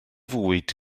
fwyd